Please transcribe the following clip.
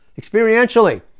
experientially